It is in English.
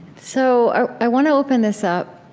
so i want to open this up.